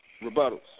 Rebuttals